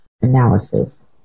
analysis